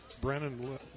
Brennan